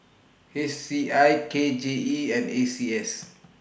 H C I K J E and A C S